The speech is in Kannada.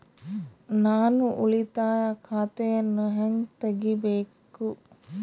ನಾನು ಉಳಿತಾಯ ಖಾತೆಯನ್ನು ಹೆಂಗ್ ತಗಿಬೇಕು?